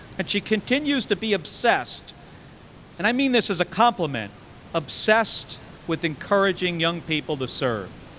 and she continues to be obsessed and i mean this as a compliment obsessed with encouraging young people to serve.